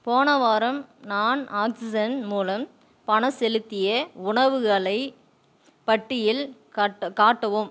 போன வாரம் நான் ஆக்ஸிஜன் மூலம் பணம் செலுத்திய உணவுகளை பட்டியல் காட்ட காட்டவும்